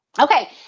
Okay